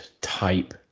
type